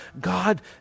God